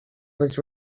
was